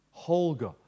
Holger